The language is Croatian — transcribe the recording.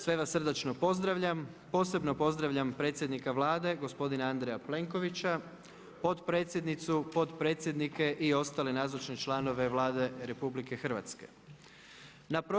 Sve vas srdačno pozdravljam, posebno pozdravljam predsjednika Vlade gospodina Andreja Plenkovića, potpredsjednicu, potpredsjednike i ostale nazočne članove Vlade Republike Hrvatske.